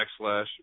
backslash